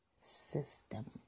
System